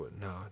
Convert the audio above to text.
no